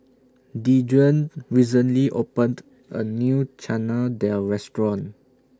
Dejuan recently opened A New Chana Dal Restaurant